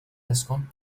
تسكن